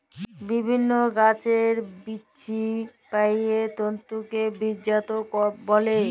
বিভিল্ল্য গাহাচের বিচেল্লে পাউয়া তল্তুকে বীজজাত ব্যলে